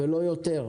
ולא יותר.